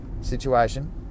Situation